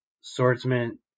swordsman